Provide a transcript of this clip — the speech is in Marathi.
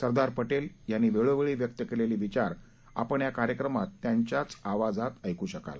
सरदार पटेल यांनी वेळोवेळी व्यक्त केलेले विचार आपण या कार्यक्रमात त्यांच्या आवाजात ऐकू शकाल